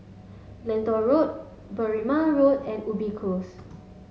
Lentor Road Berrima Road and Ubi Close